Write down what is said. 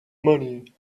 money